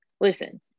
listen